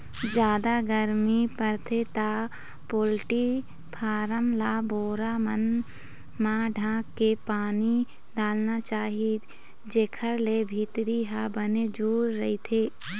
जादा गरमी परथे त पोल्टी फारम ल बोरा मन म ढांक के पानी डालना चाही जेखर ले भीतरी ह बने जूड़ रहिथे